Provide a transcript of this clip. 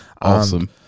Awesome